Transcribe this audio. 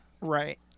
right